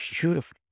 beautiful